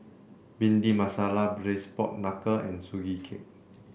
Bhindi Masala Braised Pork Knuckle and Sugee Cake